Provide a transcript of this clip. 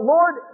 Lord